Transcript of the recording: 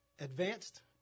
advanced